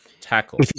tackle